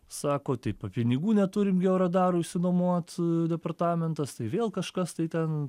sako taip o pinigų neturim georadarui išsinuomot departamentas tai vėl kažkas tai ten